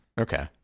Okay